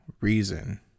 reason